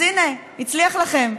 אז הינה, הצליח לכם,